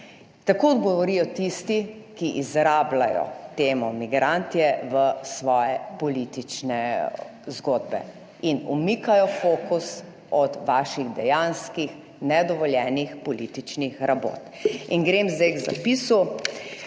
Tako od govorijo tisti, ki izrabljajo temo migrantje v svoje politične zgodbe in umikajo fokus od vaših dejanskih nedovoljenih političnih rabot. In grem zdaj k zapisu.